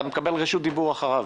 אתה מקבל רשות דיבור אחריו.